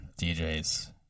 DJs